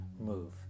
move